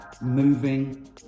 moving